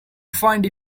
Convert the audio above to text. find